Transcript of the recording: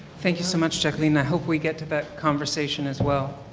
thank you so much jacqueline. i hope we get to that conversation as well.